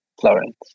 Florence